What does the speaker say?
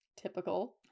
typical